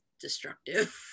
destructive